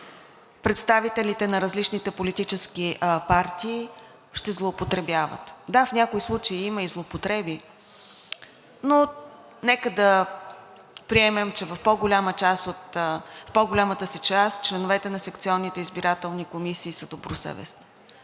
представителите на различните политически партии ще злоупотребяват. Да, в някои случаи има и злоупотреби. Нека да приемем, че в по-голямата си част членовете на секционните избирателни комисии са добросъвестни.